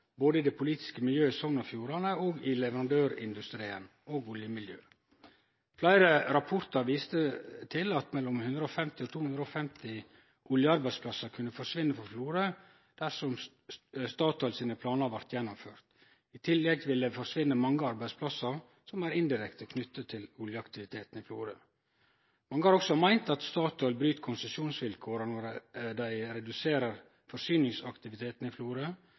både i det politiske miljøet i Sogn og Fjordane og i leverandørindustrien og oljemiljøet. Fleire rapportar viste til at mellom 150 og 250 oljearbeidsplassar kunne forsvinne frå Florø dersom Statoils planar blei gjennomførte. I tillegg vil det forsvinne mange arbeidsplassar som er indirekte knytte til oljeaktiviteten i Florø. Mange har også meint at Statoil bryt konsesjonsvilkåra når dei reduserer forsyningsaktiviteten i Florø.